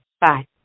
Bye